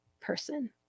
person